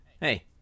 hey